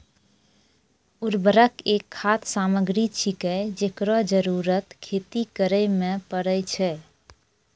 उर्वरक एक खाद सामग्री छिकै, जेकरो जरूरत खेती करै म परै छै